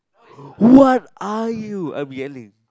what are you I will be ending